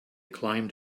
climbed